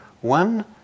one